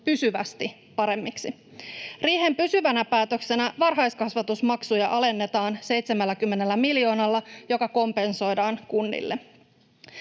pysyvästi paremmaksi. Riihen pysyvänä päätöksenä varhaiskasvatusmaksuja alennetaan 70 miljoonalla, joka kompensoidaan kunnille.